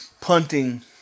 Punting